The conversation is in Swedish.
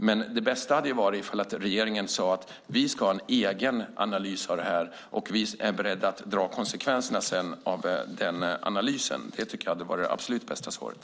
Men det bästa hade varit om regeringen sagt: Vi ska göra en egen analys av detta, och vi är beredda att dra konsekvenserna av den analysen. Det hade varit det absolut bästa svaret.